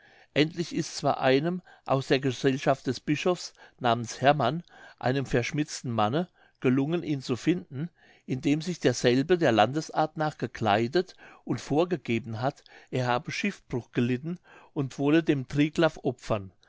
endlich ist zwar einem aus der gesellschaft des bischofs namens hermann einem verschmitzten manne gelungen ihn zu finden indem sich derselbe der landesart nach gekleidet und vorgegeben hat er habe schiffbruch gelitten und wolle dem triglaf opfern